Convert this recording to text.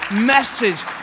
message